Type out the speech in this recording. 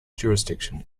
jurisdiction